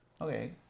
Okay